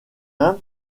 uns